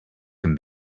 can